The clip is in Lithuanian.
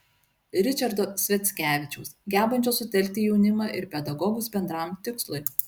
ričardo sviackevičiaus gebančio sutelkti jaunimą ir pedagogus bendram tikslui